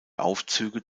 aufzüge